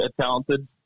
talented